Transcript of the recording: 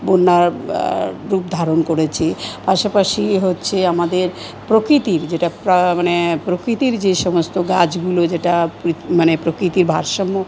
বন্যার রূপ ধারণ করেছে পাশাপাশি হচ্ছে আমাদের প্রকৃতির যেটা মানে প্রকৃতির যে সমস্ত গাছগুলো যেটা মানে প্রকৃতির ভারসাম্য